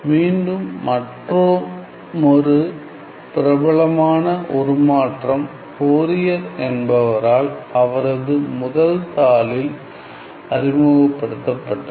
மீண்டும் மற்றுமொரு பிரபலமான உருமாற்றம் ஃபோரியர் என்பவரால் அவரது முதல் தாளில் அறிமுகப்படுத்தப்பட்டது